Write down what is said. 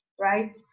right